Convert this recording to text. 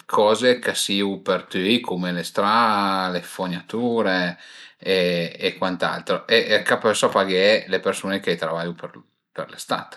d'coze ch'a siu për tüi cume le stra, le fognature e cuant'altro e ch'a pösa paghé le persun-e ch'a travaiu për lë stat